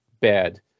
bad